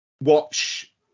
watch